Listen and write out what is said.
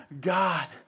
God